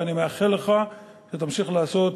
ואני מאחל לך שתמשיך לעשות